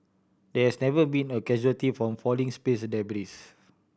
there has never been a casualty from falling space debris